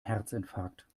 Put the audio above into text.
herzinfarkt